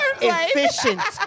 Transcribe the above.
Efficient